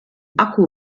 akku